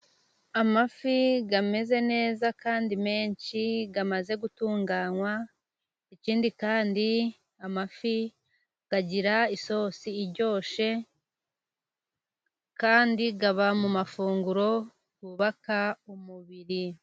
Amafi ameze neza kandi menshi, amaze gutunganwa, ikindi kandi amafi agira isosi iryoshye, kandi aba mu mafunguro yubaka umubiri.